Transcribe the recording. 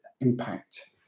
impact